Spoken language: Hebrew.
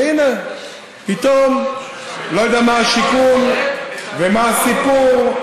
והינה, פתאום, לא יודע מה השיקול ומה הסיפור.